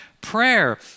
prayer